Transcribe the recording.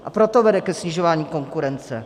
A proto vede ke snižování konkurence.